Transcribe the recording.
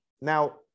Now